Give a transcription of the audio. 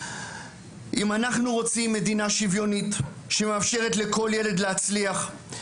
אם אנחנו רוצים מדינה שוויונית שמאפשרת לכל ילד להצליח,